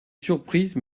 surprise